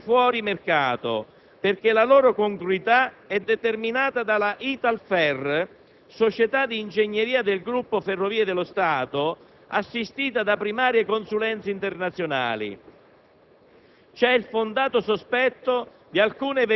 È falso anche che i costi siano fuori mercato, perché la loro congruità è determinata dalla Italferr, società di ingegneria del gruppo Ferrovie dello Stato, assistita da primarie consulenze internazionali.